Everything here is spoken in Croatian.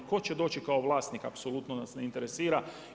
Tko će doći kao vlasnik, apsolutno nas ne interesira.